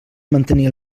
mantenir